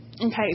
Okay